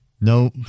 No